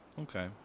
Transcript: Okay